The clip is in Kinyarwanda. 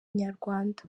inyarwanda